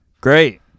Great